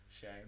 shame